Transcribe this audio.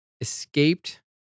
escaped